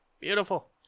Beautiful